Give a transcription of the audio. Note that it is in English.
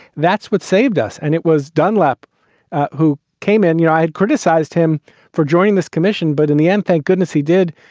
that's what saved us. and it was dunlap who came in. you know, i had criticized him for joining this commission, but in the end, thank goodness he did,